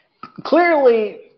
clearly